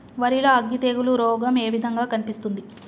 వరి లో అగ్గి తెగులు రోగం ఏ విధంగా కనిపిస్తుంది?